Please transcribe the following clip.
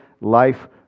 life